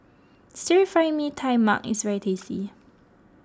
Stir Fry Mee Tai Mak is very tasty